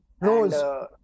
Rose